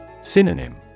Synonym